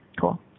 Cool